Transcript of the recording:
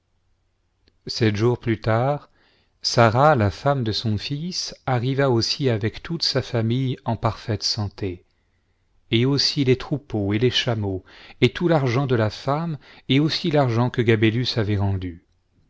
sept jours plus tard sara la femme de son fils arriva aussi avec tonte sa famille en parfaite santé et aussi les troupeaux et les chameaux et tout l'argent de la femme et aussi l'argent que gabélus avait rendu